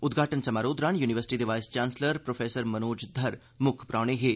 उद्घाटन समारोह् दरान यूनिवर्सिटी दे vice chancellor prof Manoj Dhar मुक्ख परौहने हे